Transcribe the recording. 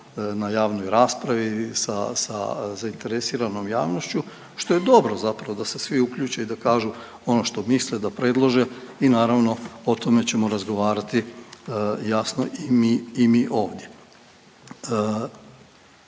na javnoj raspravi sa zainteresiranom javnošću, što je dobro zapravo da se svi uključe i da kažu ono što misle, da predlože i naravno, o tome ćemo razgovarati, jasno, i mi ovdje.